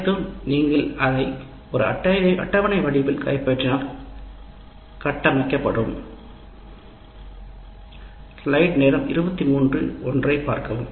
அனைத்தும் நீங்கள் அதை ஒரு அட்டவணை வடிவில் கைப்பற்றினால் கட்டமைக்கப்படும்